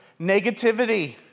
negativity